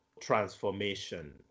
transformation